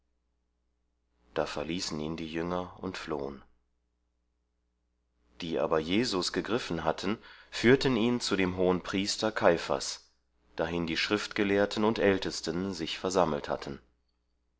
da verließen ihn die jünger und flohen die aber jesus gegriffen hatten führten ihn zu dem hohenpriester kaiphas dahin die schriftgelehrten und ältesten sich versammelt hatten